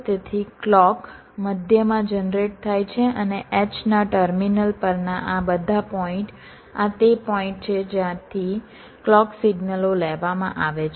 તેથી ક્લૉક મધ્યમાં જનરેટ થાય છે અને H ના ટર્મિનલ પર આ બધા પોઈન્ટ આ તે પોઈન્ટ છે જ્યાંથી ક્લૉક સિગ્નલો લેવામાં આવે છે